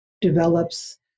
develops